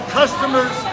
customers